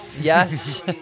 Yes